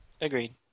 Agreed